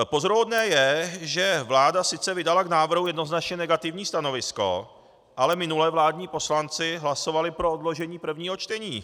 Pozoruhodné je, že vláda sice vydala k návrhu jednoznačně negativní stanovisko, ale minule vládní poslanci hlasovali pro odložení prvního čtení.